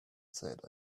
said